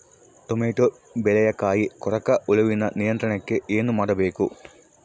Tomato ಬೆಳೆಯ ಕಾಯಿ ಕೊರಕ ಹುಳುವಿನ ನಿಯಂತ್ರಣಕ್ಕೆ ಏನು ಮಾಡಬೇಕು?